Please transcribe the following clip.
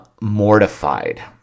mortified